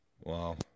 wow